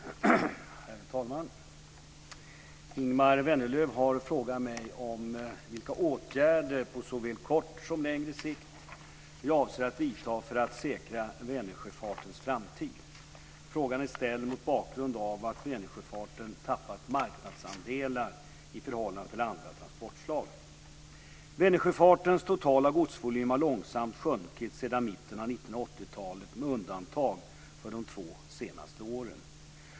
Herr talman! Ingemar Vänerlöv har frågat mig om vilka åtgärder på såväl kort som längre sikt jag avser att vidta för att säkra Vänersjöfartens framtid. Frågan är ställd mot bakgrund av att Vänersjöfarten tappat marknadsandelar i förhållande till andra transportslag. Vänersjöfartens totala godsvolym har långsamt sjunkit sedan mitten av 1980-talet med undantag för de två senaste åren.